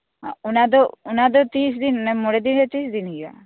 ᱚᱱᱟᱫᱚ ᱛᱤᱥᱫᱤᱱ ᱢᱚᱲᱮᱫᱤᱱ ᱨᱮ ᱛᱤᱥᱫᱤᱱ ᱦᱩᱭᱩᱜ ᱟ